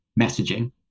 messaging